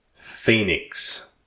Phoenix